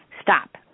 stop